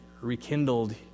rekindled